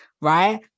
right